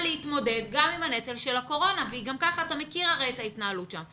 להתמודד גם עם הנטל של הקורונה ואתה הרי מכיר את ההתנהלות שם.